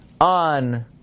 On